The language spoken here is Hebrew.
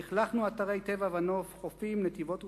לכלכנו אתרי טבע ונוף, חופים, נתיבות ופסגות.